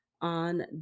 on